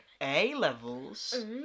A-levels